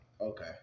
Okay